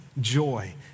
joy